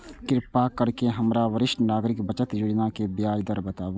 कृपा करके हमरा वरिष्ठ नागरिक बचत योजना के ब्याज दर बताबू